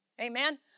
Amen